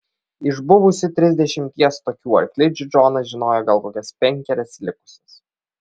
iš buvusių trisdešimties tokių arklidžių džonas žinojo gal kokias penkerias likusias